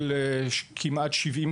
כמו שאמרתי,